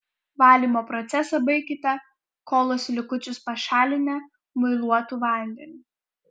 valymo procesą baikite kolos likučius pašalinę muiluotu vandeniu